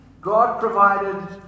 God-provided